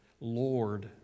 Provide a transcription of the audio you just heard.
Lord